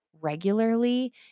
regularly